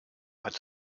had